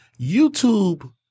YouTube